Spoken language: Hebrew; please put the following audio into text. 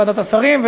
לוועדת השרים,